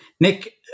Nick